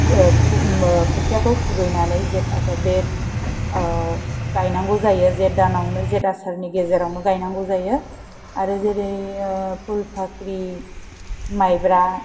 खोथियाखौ खुबैनानै बे गायनांगौ जायो जेत दानावनो जेत आसारनि गेजेरावनो आरो जोंनि फुल फाख्रि माइब्रा